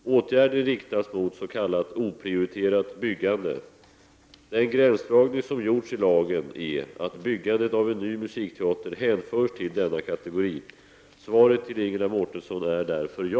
Åtgärden riktas mot s.k. oprioriterat byggande. Den gränsdragning som gjorts i lagen är att byggandet av en ny musikteater hänförs till denna kategori. Svaret till Ingela Mårtensson är därför ja.